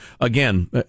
again